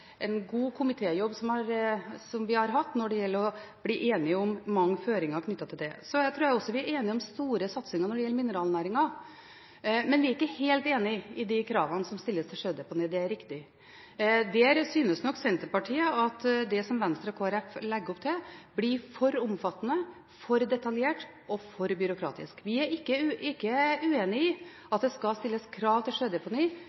en god komitéjobb når det gjelder å bli enige om mange føringer knyttet til det. Så tror jeg også vi er enige om store satsinger når det gjelder mineralnæringen, men vi er ikke helt enige i de kravene som stilles det sjødeponi. Det er riktig. Der synes nok Senterpartiet at det som Venstre og Kristelig Folkeparti legger opp til, blir for omfattende, for detaljert og for byråkratisk. Vi er ikke uenig i at det skal stilles krav til sjødeponi,